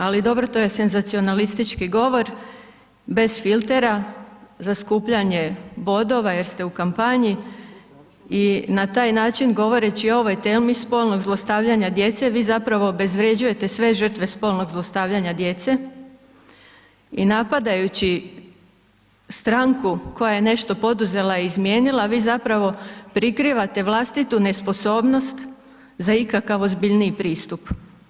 Ali dobro, to je senzacionalistički govor, bez filtera, za skupljanje bodova, jer ste u kampanji i na taj način, govoreći o ovoj temi spolnog zlostavljanja djece, vi zapravo obezvrjeđujete sve žrtve spolnog zlostavljanja djece i napadajući stranku koja je nešto poduzela i izmijenila, vi zapravo prikrivate vlastitu nesposobnost, za ikakav ozbiljniji pristup.